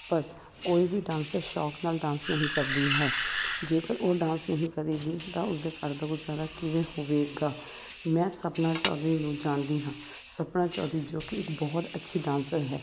ਪਰ ਕੋਈ ਵੀ ਡਾਂਸਰ ਸ਼ੌਕ ਨਾਲ ਡਾਂਸ ਨਹੀਂ ਕਰਦੀ ਹੈ ਜੇਕਰ ਉਹ ਡਾਂਸ ਨਹੀਂ ਕਰੇਗੀ ਤਾਂ ਉਸਦੇ ਘਰ ਦਾ ਗੁਜ਼ਾਰਾ ਕਿਵੇਂ ਹੋਵੇਗਾ ਮੈਂ ਸਪਨਾ ਚੌਧਰੀ ਨੂੰ ਜਾਣਦੀ ਹਾਂ ਸਪਨਾ ਚੌਧਰੀ ਜੋ ਕਿ ਇੱਕ ਬਹੁਤ ਅੱਛੀ ਡਾਂਸਰ ਹੈ